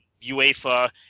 UEFA –